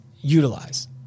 utilize